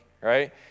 right